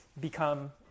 become